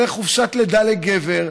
לחופשת לידה לגבר,